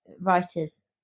writers